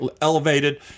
elevated